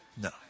No